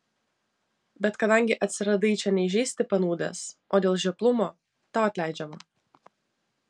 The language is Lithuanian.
bet kadangi atsiradai čia ne įžeisti panūdęs o dėl žioplumo tau atleidžiama